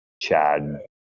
Chad